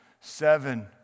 Seven